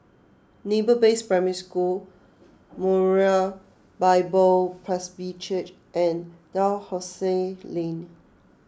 Naval Base Primary School Moriah Bible Presby Church and Dalhousie Lane